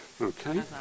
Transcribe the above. okay